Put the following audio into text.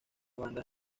bandas